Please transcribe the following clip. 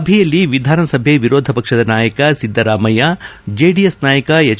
ಸಭೆಯಲ್ಲಿ ವಿಧಾನಸಭೆ ವಿರೋಧ ಪಕ್ಷದ ನಾಯಕ ಸಿದ್ದರಾಮಯ್ಯ ಚೆಡಿಎಸ್ ನಾಯಕ ಎಚ್